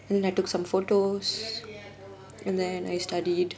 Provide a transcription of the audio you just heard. and then I took some photos and then I studied